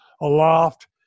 aloft